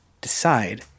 decide